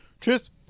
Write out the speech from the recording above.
Cheers